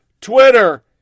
Twitter